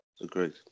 Agreed